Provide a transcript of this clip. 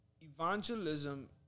evangelism